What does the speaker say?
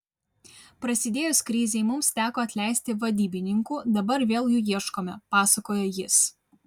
prasidėjus krizei mums teko atleisti vadybininkų dabar vėl jų ieškome pasakojo jis